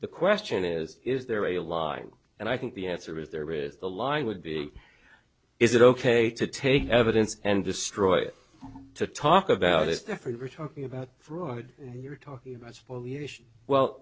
the question is is there a line and i think the answer is there is a line would be is it ok to take evidence and destroy it to talk about is different we're talking about fraud and you're talking about